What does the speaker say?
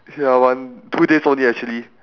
ya one two days only actually